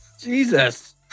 Jesus